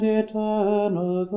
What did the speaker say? eternal